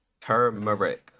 turmeric